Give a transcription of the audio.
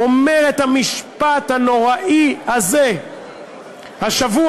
אומר את המשפט הנוראי הזה השבוע,